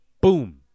boom